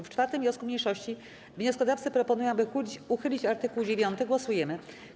W 4. wniosku mniejszości wnioskodawcy proponują, aby uchylić art. 9. Głosujemy.